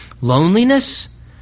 loneliness